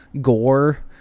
gore